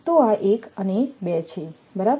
તો આ 1 અને 2 છે બરાબર